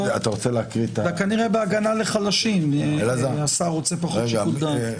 אבל כנראה בהגנה על חלשים השר רוצה פחות שיקול דעת.